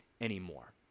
anymore